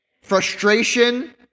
frustration